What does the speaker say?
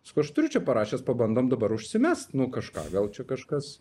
sako aš turiu čia parašęs pabandom dabar užsimest nu kažką gal čia kažkas